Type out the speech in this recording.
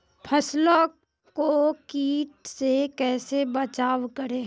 फसलों को कीट से कैसे बचाव करें?